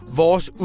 vores